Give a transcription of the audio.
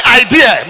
idea